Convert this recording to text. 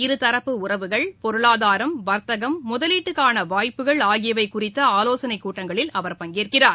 இருதரப்பு உறவுகள் பொருளாதாரவா்த்தகம் முதலீட்டுக்கானவாய்ப்புகள் ஆகியவைகுறித்துஆலோசனைக் கூட்டங்களில் அவர் பங்கேற்கிறார்